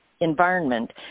Environment